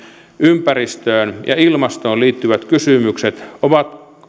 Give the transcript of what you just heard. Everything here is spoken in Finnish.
ympäristöön ja ilmastoon liittyvät kysymykset ovat